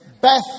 Beth